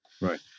Right